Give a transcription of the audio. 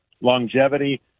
longevity